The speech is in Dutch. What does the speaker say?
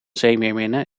zeemeerminnen